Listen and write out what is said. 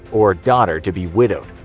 or daughter to be widowed.